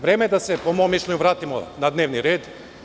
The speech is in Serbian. Vreme je da se, po mom mišljenju, vratimo na dnevni red.